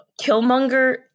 Killmonger